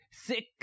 Sick